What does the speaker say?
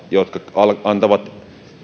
jotka antavat